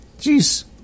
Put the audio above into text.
jeez